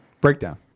Breakdown